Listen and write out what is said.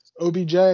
OBJ